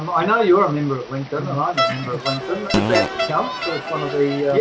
um i know you're a member of linkedin, and i'm a member of linkedin that counts as one of the.